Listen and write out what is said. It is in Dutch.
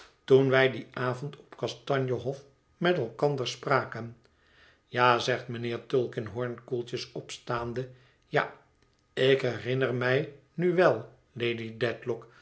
toen wij dien avond op kastanje hof met elkander spraken ja zegt mijnheer tulkinghorn koeltjes opstaande ja ik herinner mij nu wel lady